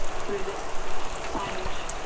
through this signage